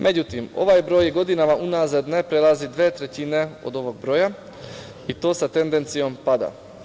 Međutim, ovaj broj godinama unazad ne prelazi dve trećine od ovog broja i to sa tendencijom pada.